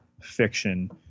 fiction